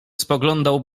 spoglądał